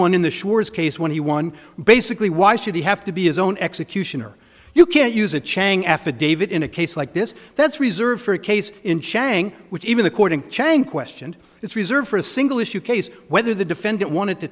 one in the surest case when he won basically why should he have to be his own executioner you can't use a chuang affidavit in a case like this that's reserved for a case in chang which even the courting chang question is reserved for a single issue case whether the defendant want